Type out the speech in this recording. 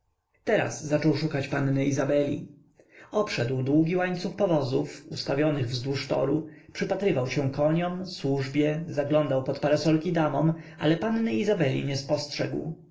teraz zaczął szukać panny izabeli obszedł długi łańcuch powozów ustawionych wzdłuż toru przypatrywał się koniom służbie zaglądał pod parasolki damom ale panny izabeli nie dostrzegł